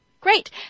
Great